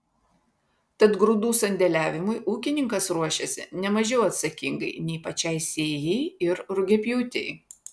tad grūdų sandėliavimui ūkininkas ruošiasi ne mažiau atsakingai nei pačiai sėjai ir rugiapjūtei